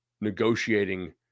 negotiating